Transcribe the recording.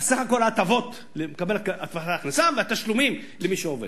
סך הכול ההטבות למקבל הבטחת הכנסה והתשלומים למי שעובד.